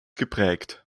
geprägt